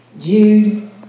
Jude